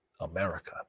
America